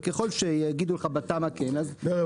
וככל שיגידו לך שבתמ"א כן אז תיכנס לאותה פרוצדורה.